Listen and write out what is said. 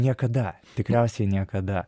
niekada tikriausiai niekada